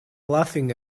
laughing